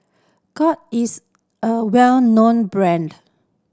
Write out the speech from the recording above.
Cott is a well known brand